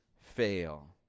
fail